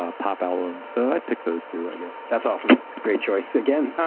ah pop album. so i pick those two i guess that's often a great choice again.